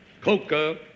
Coca